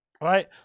right